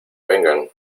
vengan